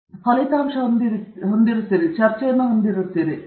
ನಂತರ ನೀವು ಫಲಿತಾಂಶಗಳನ್ನು ಹೊಂದಿದ್ದೀರಿ ಮತ್ತು ನಂತರ ನೀವು ಚರ್ಚೆಯನ್ನು ಹೊಂದಿದ್ದೀರಿ